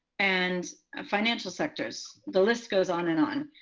and ah financial sectors. the list goes on and on.